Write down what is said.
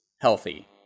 healthy